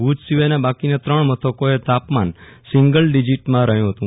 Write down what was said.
ભુજ સિવાયના બાકીના ત્રણ મથકોએ તાપમાન સિંગલ ડિઝિટમાં રહ્યું ફતું